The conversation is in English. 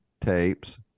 tapes